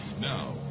Now